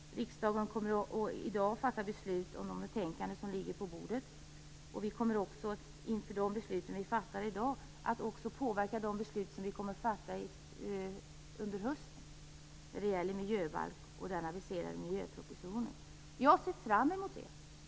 Riksdagen kommer i dag att fatta beslut om de betänkanden som nu ligger på bordet. Inför de beslut som fattas i dag kommer vi att påverka också de beslut som vi skall fatta under hösten när det gäller miljöbalken och den aviserade miljöpropositionen. Som folkpartist ser jag fram emot detta.